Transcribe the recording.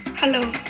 Hello